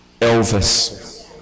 Elvis